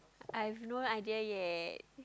I have no idea yet